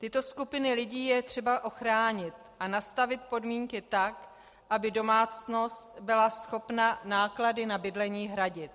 Tyto skupiny lidí je třeba ochránit a nastavit podmínky tak, aby domácnost byla schopna náklady na bydlení hradit.